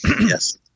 Yes